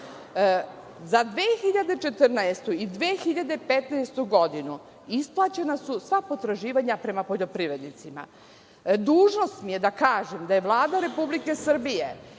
za 2014. i 2015. godinu isplaćena su sva potraživanja prema poljoprivrednicima. Dužnost mi je da kažem da je Vlada Republike Srbije